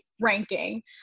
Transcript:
ranking